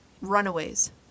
Runaways